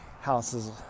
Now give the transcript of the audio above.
Houses